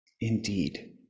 Indeed